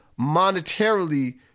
monetarily